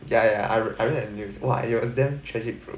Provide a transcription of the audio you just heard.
yeah yeah I read the news !wah! it was damn tragic bro